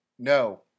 No